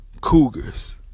cougars